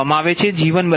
2 kV 100 MVA xg10